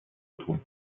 tun